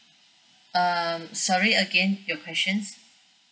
um sorry again your questions